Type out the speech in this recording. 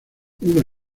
una